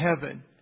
heaven